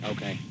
Okay